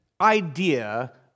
Idea